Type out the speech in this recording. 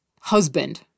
husband